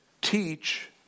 teach